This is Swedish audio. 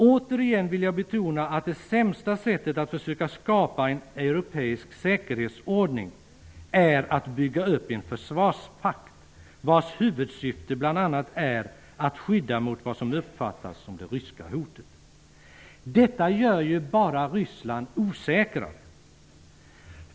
Återigen vill jag betona att det sämsta sättet att försöka skapa en europeisk säkerhetsordning är att bygga upp en försvarspakt vars huvudsyfte bl.a. är att skydda mot vad som uppfattas som det ryska hotet. Detta gör ju bara Ryssland osäkrare.